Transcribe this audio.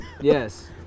yes